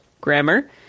grammar